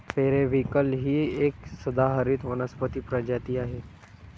periwinkle ही एक सदाहरित वनस्पती प्रजाती आहे